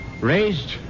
raised